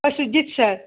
Sujith sir